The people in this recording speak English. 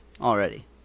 already